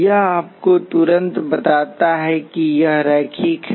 यह आपको तुरंत बताता है कि यह रैखिक है